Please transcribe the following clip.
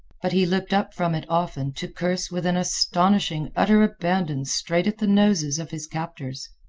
but he looked up from it often to curse with an astonishing utter abandon straight at the noses of his captors.